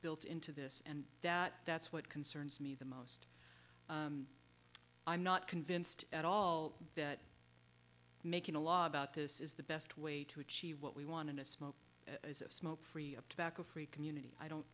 built into this and that that's what concerns me the most i'm not convinced at all that making a law about this is the best way to achieve what we want in a smoke smoke free up tobacco free community i don't